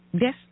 Yes